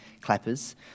clappers